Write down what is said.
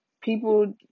people